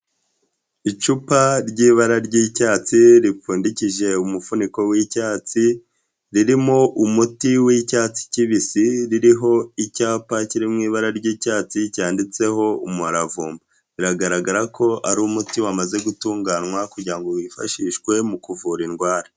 Icupa ry'ibara ry'icyatsi ripfundikije umufuniko w'icyatsi, ririmo umuti w'icyatsi kibisi, ririho icyapa kiri mu ibara ry'icyatsi cyanditseho umuharavumba. Biragaragara ko ari umuti wamaze gutunganywa kugira ngo wifashishwe mu kuvura indwara.